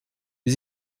wie